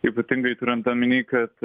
ypatingai turint omenyje kad